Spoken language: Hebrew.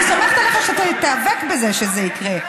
אני סומכת עליך שתיאבק בזה שזה יקרה.